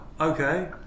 Okay